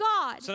God